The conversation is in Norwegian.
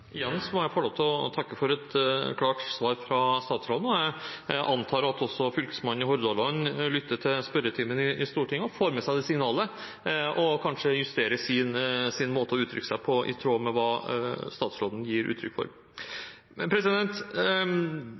må jeg få lov til å takke for et klart svar fra statsråden. Jeg antar at også Fylkesmannen i Hordaland lytter til spørretimen i Stortinget og får med seg dette signalet, og kanskje justerer sin måte å uttrykke seg på, i tråd med det statsråden gir uttrykk for.